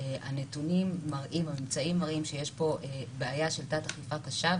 והממצאים מראים שיש פה בעיה של תת אכיפה קשה,